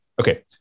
Okay